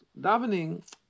davening